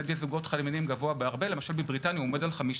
ידי זוגות חד-מיניים גבוה בהרבה ועומד על 15%,